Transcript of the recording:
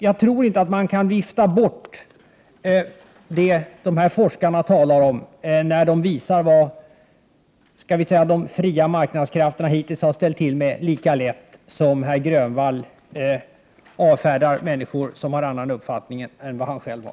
Jag tror inte att man kan vifta bort det dessa forskare talar om, när de visar vad de fria marknadskrafterna hittills har ställt till med, lika lätt som herr Grönvall avfärdar människor som har annan uppfattning än han själv har.